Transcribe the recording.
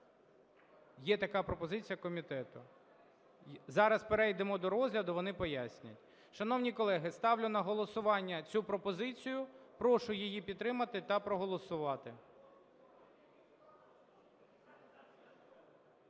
Є така пропозиція комітету. Зараз перейдемо до розгляду, вони пояснять. Шановні колеги, ставлю на голосування цю пропозицію, прошу її підтримати та проголосувати.